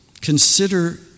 Consider